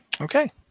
Okay